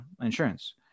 insurance